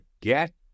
get